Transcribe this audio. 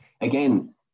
Again